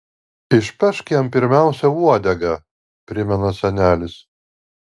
išpešk jam pirmiausia uodegą primena senelis